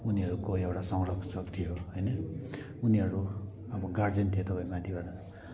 उनीहरूको एउटा संरक्षक थियो होइन उनीहरू अब गार्जेन थियो तपाईँ माथिबाट